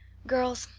girls,